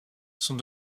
sont